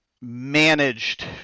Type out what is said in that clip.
managed